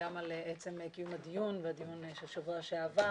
גם על עצם קיום הדיון ועל הדיון שהתקיים בשבוע שעבר.